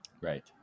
Right